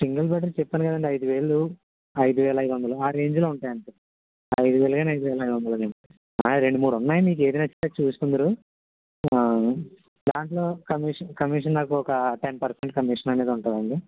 single bedroom చెప్పాను కదండీ ఐదు వేలు ఐదు వేల ఐదు వందలు ఆ రేంజ్లో ఉంటాయి అంతే ఐదు వేలు కాని ఐదు వేల ఐదు వందలు గాని రెండు మూడు ఉన్నాయి మీకు ఏది నచ్చితే అది చూసుకుందురు దాంట్లో కమిషన్ కమిషన్ నాకు ఒక టెన్ పర్సెంట్ కమిషన్ అనేది ఉంటుంది అండి